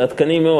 זה עדכני מאוד.